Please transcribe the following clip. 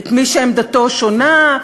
את מי שעמדתו שונה?